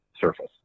surface